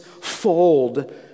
fold